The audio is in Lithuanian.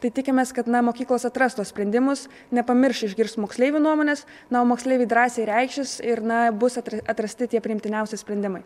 tai tikimės kad na mokyklos atras tuos sprendimus nepamirš išgirst moksleivių nuomonės na o moksleiviai drąsiai reikšis ir na bus atrasti tie priimtiniausi sprendimai